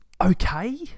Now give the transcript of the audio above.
okay